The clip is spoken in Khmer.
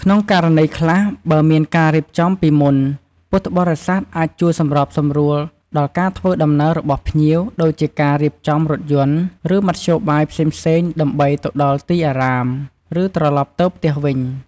ការចែករំលែកបទពិសោធន៍ ពួកគាត់អាចចែករំលែកបទពិសោធន៍ផ្ទាល់ខ្លួនទាក់ទងនឹងវត្ត ឬពិធីបុណ្យ ដើម្បីឲ្យភ្ញៀវមានអារម្មណ៍ស្និទ្ធស្នាល និងយល់ដឹងកាន់តែច្បាស់អំពីប្រពៃណី។